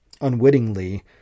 unwittingly